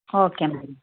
okay madam